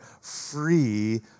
free